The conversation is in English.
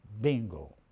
Bingo